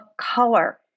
color